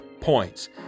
points